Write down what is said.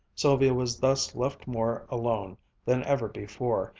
sylvia was thus left more alone than ever before,